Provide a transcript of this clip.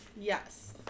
Yes